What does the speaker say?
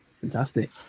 Fantastic